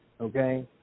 Okay